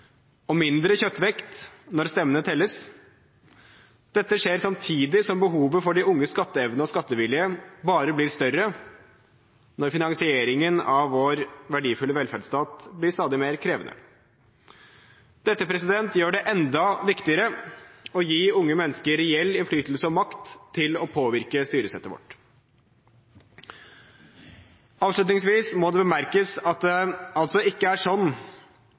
og mindre kjøttvekt når stemmene telles. Dette skjer samtidig som behovet for de unges skatteevne og skattevilje bare blir større, når finansieringen av vår verdifulle velferdsstat blir stadig mer krevende. Dette gjør det enda viktigere å gi unge mennesker reell innflytelse og makt til å påvirke styresettet vårt. Avslutningsvis må det bemerkes at det altså ikke er sånn